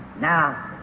Now